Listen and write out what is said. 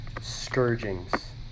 scourgings